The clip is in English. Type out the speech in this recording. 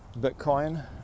Bitcoin